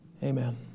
Amen